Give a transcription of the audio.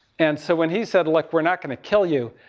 and so when he said, like, we're not going to kill you,